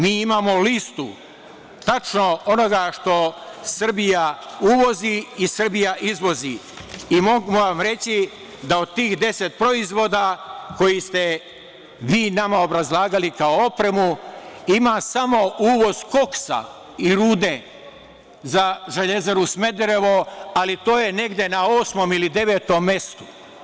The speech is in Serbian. Mi imamo listu tačno onoga što Srbija uvozi i Srbija izvozi i mogu vam reći da od tih 10 proizvoda, koje ste vi nama obrazlagali kao opremu, ima samo uvoz koksa i rude za Železaru Smederevo, ali to je negde na osmom ili devetom mestu.